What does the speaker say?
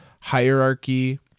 hierarchy